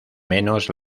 menos